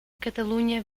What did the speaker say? catalunha